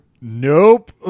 Nope